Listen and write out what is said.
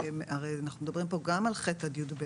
הרי אנחנו מדברים כאן גם על כיתות ח' עד י"ב